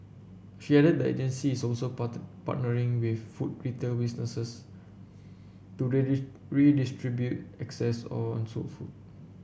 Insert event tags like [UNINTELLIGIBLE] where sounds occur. she added that the agency is also part partnering with food retail businesses to [UNINTELLIGIBLE] redistribute excess or unsold food